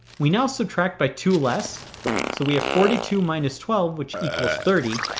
we now subtract by two less so we have forty two minus twelve which equals thirty.